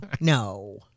No